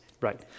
Right